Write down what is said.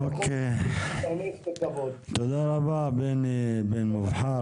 שהמשפחות תודה רבה בני בן מובחר,